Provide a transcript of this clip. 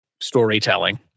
storytelling